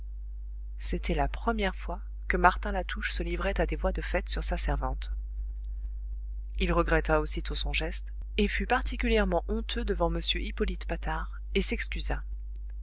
c'était la première fois que martin latouche se livrait à des voies de fait sur sa servante il regretta aussitôt son geste et fut particulièrement honteux devant m hippolyte patard et s'excusa